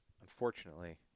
unfortunately